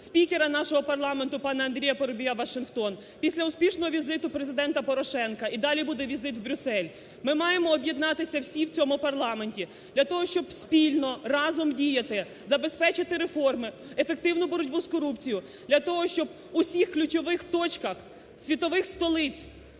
спікера нашого парламенту пана Андрія Парубія у Вашингтон, після успішного візиту Президента Порошенка і далі буде візит в Брюссель, ми маємо об'єднатися всі в цьому парламенті для того, спільно разом діяти, забезпечити реформи, ефективну боротьбу з корупцією, для того, щоб в усіх ключових точках світових столиць